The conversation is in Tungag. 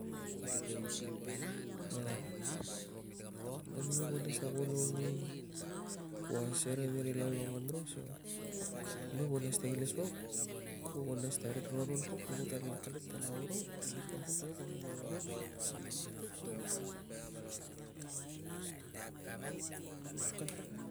Au, man numai kuo mas ta kua, kua serei nei ri lomlomon ro so numai kua nas ta iles yauk ku nas ta fi roron puk ku tan la aka lit ta dau ro iles inae puk kuan la luk a roros.